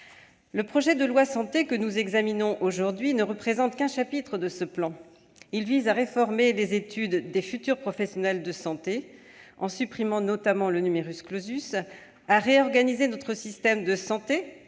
Le projet de loi Santé, que nous examinons aujourd'hui, ne représente qu'un chapitre de ce plan. Il vise à réformer les études des futurs professionnels de santé, en supprimant notamment le, à réorganiser notre système de santé